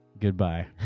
Goodbye